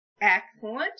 Excellent